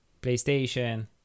PlayStation